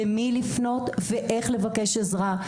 למי לפנות ואיך לבקש עזרה.